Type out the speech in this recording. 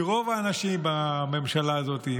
כי רוב האנשים בממשלה הזאת,